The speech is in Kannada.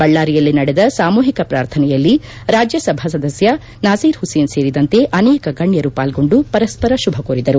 ಬಳ್ಳಾರಿಯಲ್ಲಿ ನಡೆದ ಸಾಮೂಹಿಕ ಪ್ರಾರ್ಥನೆಯಲ್ಲಿ ರಾಜ್ಯಸಭಾ ಸದಸ್ಯ ನಾಸೀರ್ ಹುಸೇನ್ ಸೇರಿದಂತೆ ಅನೇಕ ಗಣ್ಣರು ಪಾಲ್ಗೊಂಡು ಪರಸ್ಪರ ಶುಭಕೋರಿದರು